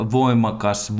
voimakas